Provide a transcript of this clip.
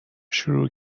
شروع